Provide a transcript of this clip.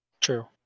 True